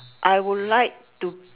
I would like to